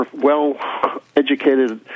well-educated